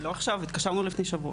לא עכשיו, התקשרנו לפני שבוע.